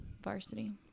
varsity